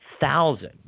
thousand